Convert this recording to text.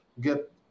get